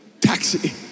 taxi